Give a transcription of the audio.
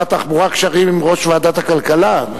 התחבורה קשרים עם יושב-ראש ועדת הכלכלה.